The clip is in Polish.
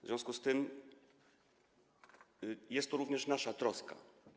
W związku z tym jest to również nasza troska.